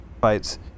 fights –